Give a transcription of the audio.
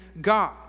God